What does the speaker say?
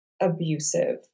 abusive